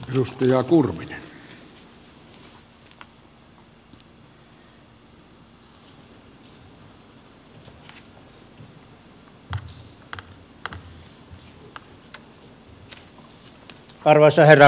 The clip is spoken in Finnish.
arvoisa herra puhemies